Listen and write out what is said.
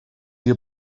our